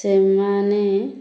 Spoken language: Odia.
ସେମାନେ